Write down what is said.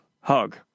hug